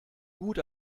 gut